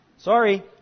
Sorry